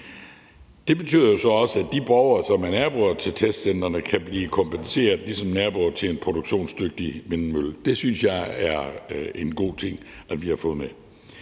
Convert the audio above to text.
Det betyder så også, at de borgere, som er naboer til testcentrene, kan blive kompenseret, ligesom naboer til en produktionsdygtig vindmølle kan. Det synes jeg er en god ting vi har fået med.